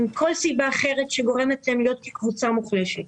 כל סיבה אחרת שגורמת להן להיות קבוצה מוחלשת.